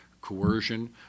coercion